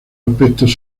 aspectos